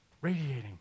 radiating